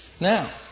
Now